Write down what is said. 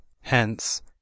hence